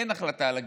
אין החלטה על הגיור.